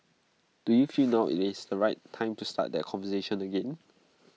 do you feel now IT is the right time to start that conversation again